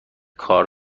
کار